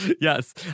Yes